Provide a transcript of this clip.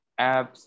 apps